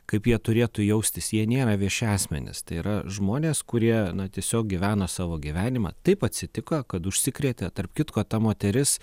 kaip jie turėtų jaustis jie nėra vieši asmenys tai yra žmonės kurie na tiesiog gyvena savo gyvenimą taip atsitiko kad užsikrėtė tarp kitko ta moteris